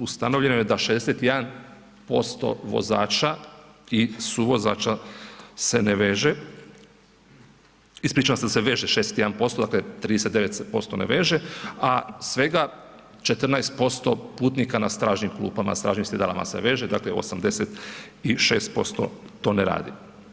ustanovljeno je da 61% vozača i suvozača se ne veže, ispričavam se veže 61%, dakle 39% se ne veže, a svega 14% putnika na stražnjim klupama, stražnjim sjedalima se veže dakle 86% to ne radi.